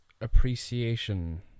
appreciation